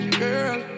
girl